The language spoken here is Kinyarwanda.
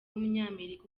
w’umunyamerika